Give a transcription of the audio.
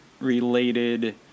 related